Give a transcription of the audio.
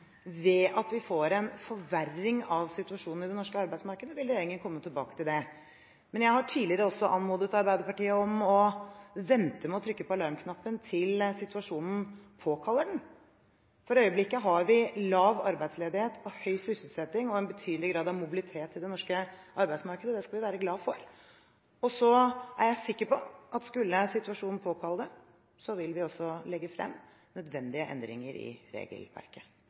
ved at vi får en forverring av situasjonen i det norske arbeidsmarkedet, vil regjeringen komme tilbake til det. Jeg har også tidligere anmodet Arbeiderpartiet om å vente med å trykke på alarmknappen til situasjonen påkaller det. For øyeblikket har vi lav arbeidsledighet og høy sysselsetting og en betydelig grad av mobilitet i det norske arbeidsmarkedet, og det skal vi være glade for. Jeg kan forsikre om at skulle situasjonen påkalle det, vil vi også legge frem nødvendige endringer i regelverket.